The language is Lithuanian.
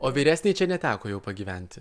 o vyresnei čia neteko jau pagyventi